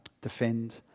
defend